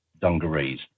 dungarees